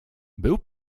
był